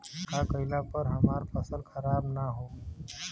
का कइला पर हमार फसल खराब ना होयी?